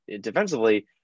defensively